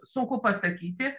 sunku pasakyti